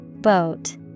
Boat